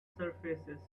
surfaces